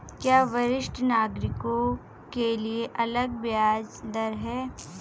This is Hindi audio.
क्या वरिष्ठ नागरिकों के लिए अलग ब्याज दर है?